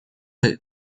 aurait